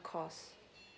cost